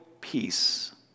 peace